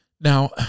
Now